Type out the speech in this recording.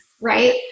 right